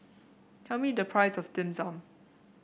tell me the price of Dim Sum